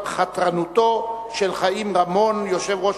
3751 ו-3752 בנושא: חתרנותו של יושב-ראש